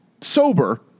sober